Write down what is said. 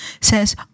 says